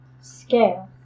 scale